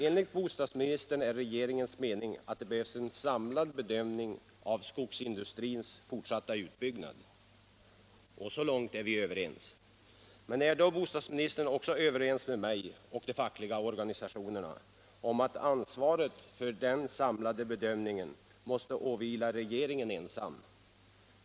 Enligt bostadsministern är det regeringens mening att det behövs en samlad bedömning av skogsindustrins fortsatta utbyggnad. Så långt är vi överens. Men är då bostadsministern också överens med mig och de fackliga organisationerna om att ansvaret för denna samlade bedömning måste åvila regeringen ensam?